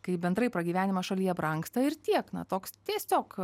kai bendrai pragyvenimas šalyje brangsta ir tiek na toks tiesiog